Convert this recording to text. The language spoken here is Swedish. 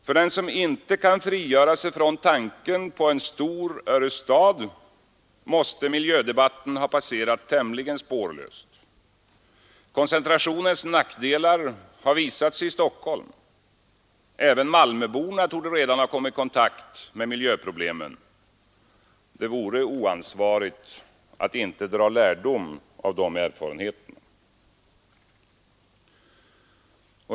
För den som inte kan frigöra sig från tanken på en stor Örestad måste miljödebatten ha passerat tämligen spårlöst. Koncentrationens nackdelar har visat sig i Stockholm. Även Malmöborna torde redan ha kommit i kontakt med miljöproblemen. Det vore oansvarigt att inte dra lärdom av erfarenheterna.